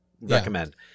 Recommend